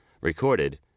recorded